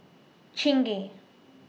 Chingay